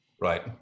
right